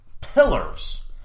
pillars